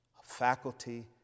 faculty